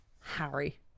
harry